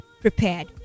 prepared